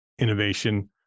Innovation